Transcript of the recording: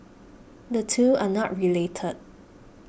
the two are not related